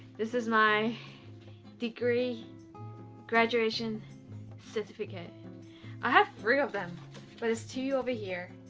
this is my degree graduation certificate i have three of them but it's to you over here.